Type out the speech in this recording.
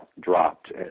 dropped